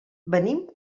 venim